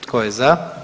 Tko je za?